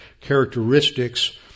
characteristics